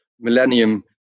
millennium